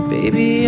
Baby